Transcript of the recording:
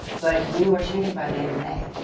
but we were shooting by the end of may,